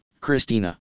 Christina